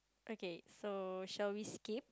okay so shall we skip